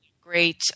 Great